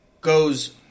goes